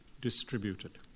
distributed